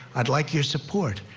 i'd like your support.